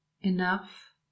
enough